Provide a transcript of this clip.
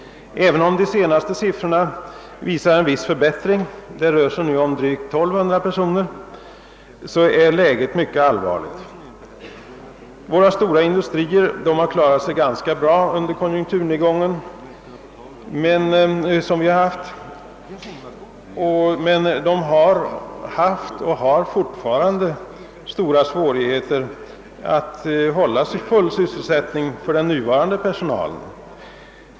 Även om de senaste siffrorna visar på en viss förbättring — det rör sig nu om drygt 1200 personer — så är läget mycket allvarligt. Våra stora industrier har klarat sig ganska bra under den senaste konjunkturnedgången, men de har haft och har fortfarande stora svårigheter att upprätthålla full sysselsättning för den nuvarande personalen.